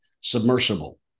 submersible